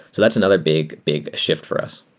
so that's another big, big shift for us.